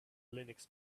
linux